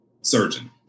surgeon